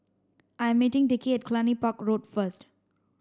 I'm meeting Dickie at Cluny Park Road first